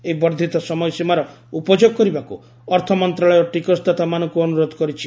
ଏହି ବର୍ଦ୍ଧିତ ସମୟସୀମାର ଉପଯୋଗ କରିବାକୁ ଅର୍ଥମନ୍ତ୍ରଣାଳୟ ଟିକସଦାତାମାନଙ୍କୁ ଅନୁରୋଧ କରିଛି